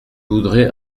voudrais